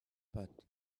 but